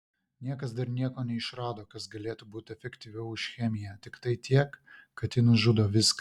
niekas dar nieko neišrado kas galėtų būti efektyviau už chemiją tiktai tiek kad ji nužudo viską